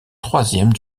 troisième